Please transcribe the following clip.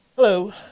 Hello